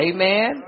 Amen